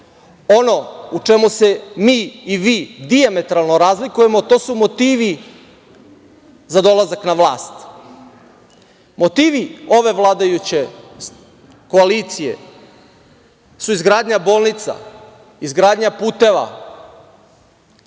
u čemu se mi i vi dijametralno razlikujemo jesu motivi za dolazak na vlast. Motivi ove vladajuće koalicije su izgradnja bolnica, izgradnja puteva,